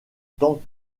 tant